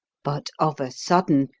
but of a sudden,